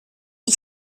ich